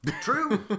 True